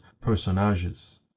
personages